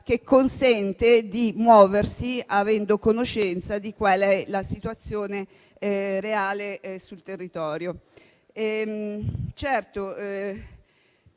che consente di muoversi avendo conoscenza della reale situazione sul territorio.